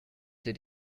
did